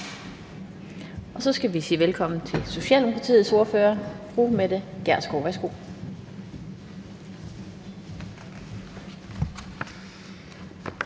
Så skal vi sige velkommen til Socialdemokratiets ordfører, fru Mette Gjerskov.